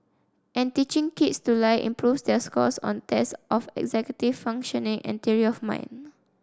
and teaching kids to lie improves their scores on tests of executive functioning and theory of mind